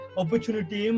opportunity